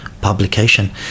publication